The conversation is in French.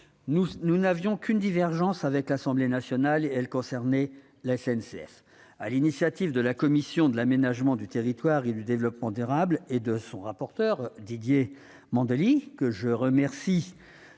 Nous n'avions qu'une divergence avec l'Assemblée nationale, concernant la SNCF. Sur l'initiative de la commission de l'aménagement du territoire et du développement durable et de son rapporteur pour avis, Didier